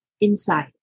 inside